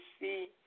see